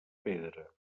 pedra